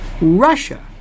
Russia